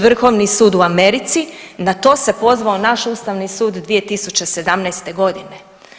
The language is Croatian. Vrhovni sud u Americi, na to se pozvao naš Ustavni sud 2017. godine.